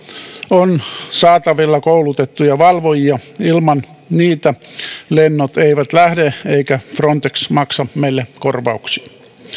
on saatavilla koulutettuja valvojia ilman niitä lennot eivät lähde eikä frontex maksa meille korvauksia